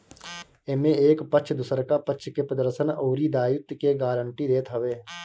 एमे एक पक्ष दुसरका पक्ष के प्रदर्शन अउरी दायित्व के गारंटी देत हवे